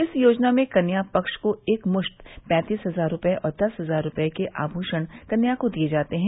इस योजना में कन्या पक्ष को एक मुस्त पैंतीस हजार रूपये और दस हजार रूपये के आमूषण कन्या को दिये जाते हैं